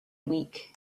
week